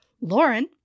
Lauren